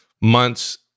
months